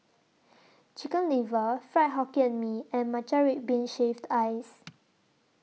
Chicken Liver Fried Hokkien Mee and Matcha Red Bean Shaved Ice